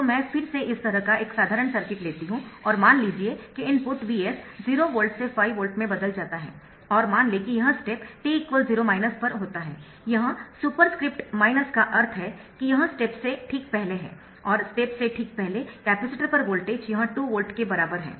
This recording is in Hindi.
तो मैं फिर से इस तरह का एक साधारण सर्किट लेती हूं और मान लीजिए कि इनपुट Vs 0 वोल्ट से 5 वोल्ट में बदल जाता है और मान लें कि यह स्टेप t 0 पर होता है यह सुपरस्क्रिप्ट का अर्थ है कि यह स्टेप से ठीक पहले है और स्टेप से ठीक पहले कैपेसिटर पर वोल्टेज यह 2 वोल्ट के बराबर है